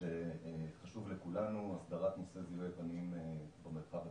שחשוב לכולנו הסדרת יישומי זיהוי פנים במרחב הציבורי.